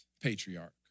patriarch